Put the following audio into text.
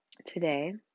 today